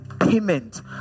payment